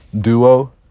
duo